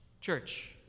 Church